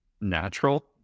natural